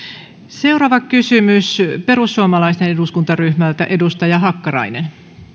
seuraava kysymys perussuomalaisten eduskuntaryhmältä edustaja hakkarainen